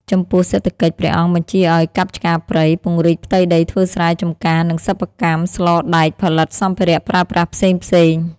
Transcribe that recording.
ចំពោះសេដ្ឋកិច្ច ព្រះអង្គបញ្ជាឱ្យកាប់ឆ្ការព្រៃ ពង្រីកផ្ទៃដីធ្វើស្រែ ចំការ និងសិប្បកម្មស្លដែកផលិតសម្ភារៈប្រើប្រាស់ផ្សេងៗ។